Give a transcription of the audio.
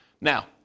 Now